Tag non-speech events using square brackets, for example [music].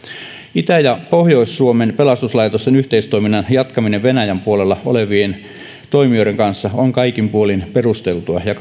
itä ja pohjois suomen pelastuslaitosten yhteistoiminnan jatkaminen venäjän puolella olevien toimijoiden kanssa on kaikin puolin perusteltua ja [unintelligible]